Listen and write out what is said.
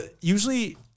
Usually